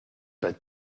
pas